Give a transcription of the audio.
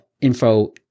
Info